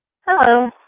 Hello